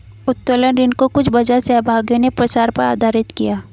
उत्तोलन ऋण को कुछ बाजार सहभागियों ने प्रसार पर आधारित किया